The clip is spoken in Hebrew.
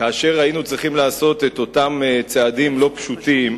כאשר היינו צריכים לעשות את אותם צעדים לא פשוטים,